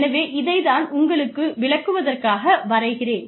எனவே இதை நான் உங்களுக்கு விளக்குவதற்காக வரைகிறேன்